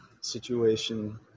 situation